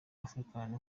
africa